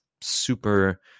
super